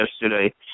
yesterday